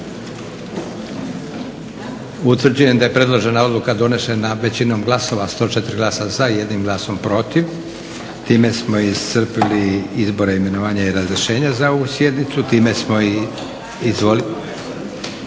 Utvrđujem da je donešena predložena odluka većinom glasova 104 glasova za i 1 glasom protiv. Time smo iscrpili izbore, imenovanja i razrješenja za ovu sjednicu. Vidim ruku